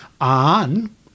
on